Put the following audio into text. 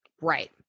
Right